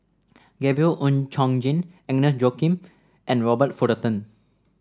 Gabriel Oon Chong Jin Agnes Joaquim and Robert Fullerton